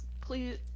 please